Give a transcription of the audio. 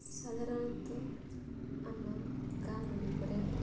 ସାଧରଣତଃ ଆମ ଗାଁଗୁଡ଼ିକରେ